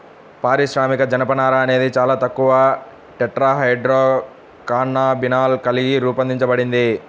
పారిశ్రామిక జనపనార అనేది చాలా తక్కువ టెట్రాహైడ్రోకాన్నబినాల్ కలిగి రూపొందించబడింది